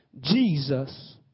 Jesus